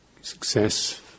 success